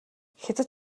хятад